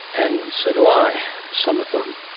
and so do i some of them.